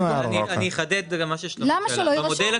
למה שלא יירשם?